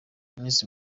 miss